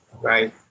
right